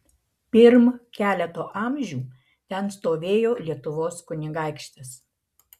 pirm keleto amžių ten stovėjo lietuvos kunigaikštis